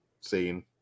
scene